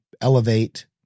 elevate